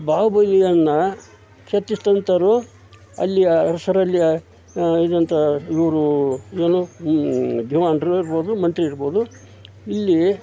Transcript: ಬಾಹುಬಲಿಯನ್ನು ಕೆತ್ತಿಸ್ದಂಥೋರು ಅಲ್ಲಿಯ ಅರಸರಲ್ಲಿಯ ಇದ್ದಂಥ ಇವರು ಏನು ದಿವಾನರಿರ್ಬೋದು ಮಂತ್ರಿ ಇರ್ಬೋದು ಇಲ್ಲಿ